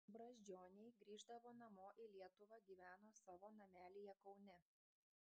brazdžioniai grįždavo namo į lietuvą gyveno savo namelyje kaune